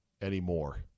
anymore